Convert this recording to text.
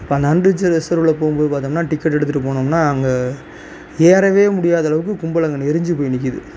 இப்போ அந்த அன் ரிச்ச ரிசர்வ்ல போகும்போது பார்த்தோம்னா டிக்கெட் எடுத்துவிட்டு போனோம்னா அங்கே ஏறவே முடியாதளவுக்கு கும்பல் அங்கே நெரிஞ்சு போய் நிற்கிது